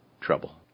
trouble